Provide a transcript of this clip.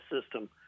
system